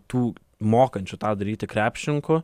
tų mokančių tą daryti krepšininkų